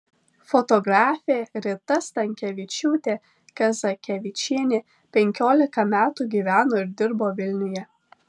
fotografė rita stankevičiūtė kazakevičienė penkiolika metų gyveno ir dirbo vilniuje